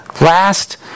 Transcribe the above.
last